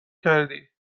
کردی